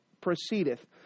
proceedeth